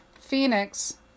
phoenix